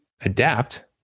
adapt